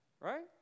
right